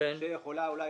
שיכולה להגיד.